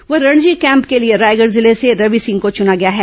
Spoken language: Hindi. वहीं रणजी कैम्प के लिए रायगढ़ जिले से रवि सिंह को चुना गया है